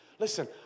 Listen